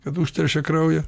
kad užteršia kraują